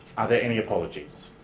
are there any apologies?